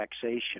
taxation